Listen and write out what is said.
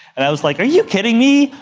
and i was like, are you kidding me?